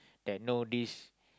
that know this